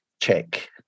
check